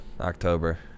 October